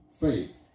faith